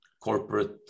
corporate